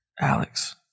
Alex